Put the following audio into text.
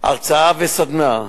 הרצאה וסדנה.